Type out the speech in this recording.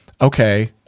Okay